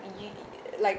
yo~ like